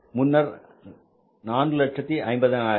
முன்னர் 450000